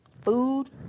food